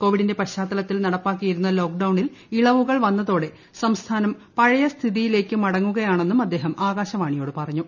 കോവിഡിന്റെ പശ്ചാത്തലത്തിൽ നടപ്പിലാക്കിയിരുന്ന ലോക്ക്ഡൌണിൽ ഇളവുകൾ വന്നതോടെ സംസ്ഥാനം പഴയ സ്ഥിതിയിലേക്ക് മടങ്ങുകയാണെന്നും അദ്ദേഹം ആകാശവാണിയോട് പറഞ്ഞു